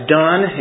done